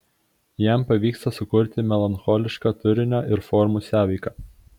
jam pavyksta sukurti melancholišką turinio ir formų sąveiką